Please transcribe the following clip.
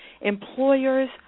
Employers